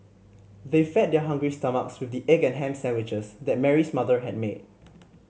they fed their hungry stomachs with the egg and ham sandwiches that Mary's mother had made